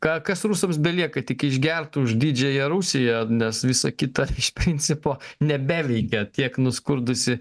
ką kas rusams belieka tik išgert už didžiąją rusiją nes visa kita iš principo nebeveikia tiek nuskurdusi